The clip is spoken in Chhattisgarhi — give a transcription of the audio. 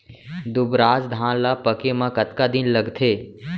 दुबराज धान ला पके मा कतका दिन लगथे?